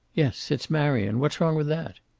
yes, it's marion. what's wrong with that?